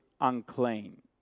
unclean